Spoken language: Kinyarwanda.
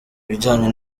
bijanye